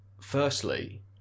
Firstly